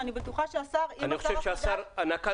ואני בטוחה שהשר --- אני חושב ששר נקט,